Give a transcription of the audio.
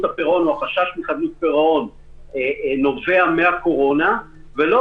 הפירעון או החשש מחדלות פירעון נובעים מן הקורונה ולא